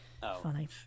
funny